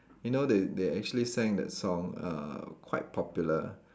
you know they they actually sang that song uh quite popular